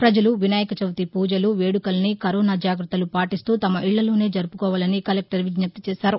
ప్రజలువినాయక చవితి పూజలు వేదుకల్ని కరోనా జాగ్రత్తలు పాటిస్తూ తమ ఇళ్లలోనేజరుపుకోవాలని కలెక్టర్ విజ్ఞప్తి చేశారు